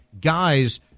guys